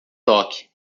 toque